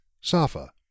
SAFA